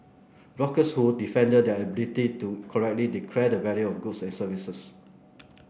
bloggers who defended their inability to correctly declare the value of goods and services